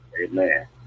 amen